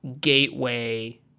gateway